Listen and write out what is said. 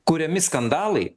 kuriami skandalai